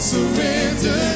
Surrender